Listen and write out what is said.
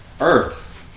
Earth